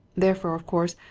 therefore, of course,